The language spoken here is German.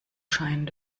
scheint